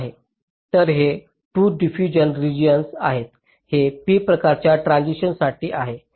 तर हे 2 diffusion regions आहेत हे p प्रकार ट्रांझिस्टरसाठी आहे